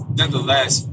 nonetheless